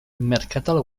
merkatal